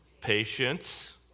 patience